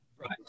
Right